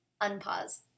Unpause